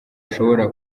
ashobora